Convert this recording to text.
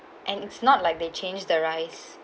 and it's not like they change the rice